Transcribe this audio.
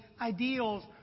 ideals